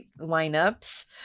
lineups